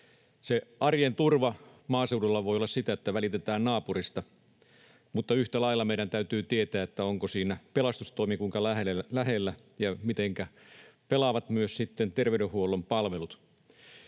Arjen turva maaseudulla voi olla sitä, että välitetään naapurista, mutta yhtä lailla meidän täytyy tietää, kuinka lähellä siinä on pelastustoimi ja mitenkä pelaavat myös ter-veydenhuollon palvelut.